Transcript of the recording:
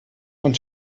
von